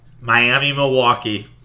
Miami-Milwaukee